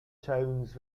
towns